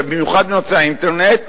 ובמיוחד בנושא האינטרנט,